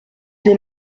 des